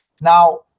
Now